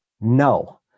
No